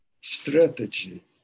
strategy